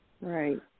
Right